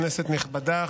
כנסת נכבדה,